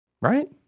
Right